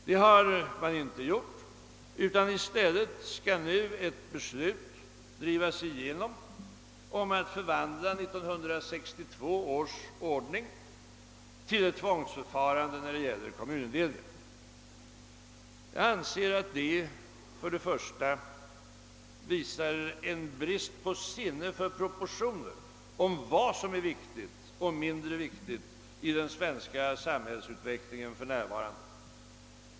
Det har den inte gjort, utan i stället skall nu ett beslut drivas igenom om att förvandla 1962 års ordning till ett tvångsförfarande när det gäller kommunindelningen. Jag anser att detta visar en brist på sinne för proportioner och en brist på förståelse för vad som är viktigt och mindre viktigt i den svenska samhällsutvecklingen för närvarande.